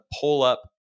pull-up